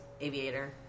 aviator